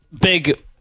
big